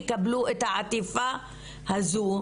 יקבלו את העטיפה הזו,